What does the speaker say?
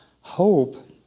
Hope